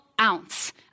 ounce